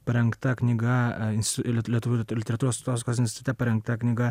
parengta knyga ins lietuvių literatūros tautosakos institute parengta knyga